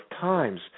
times